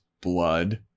blood